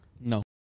No